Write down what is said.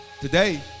Today